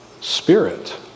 Spirit